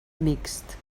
mixt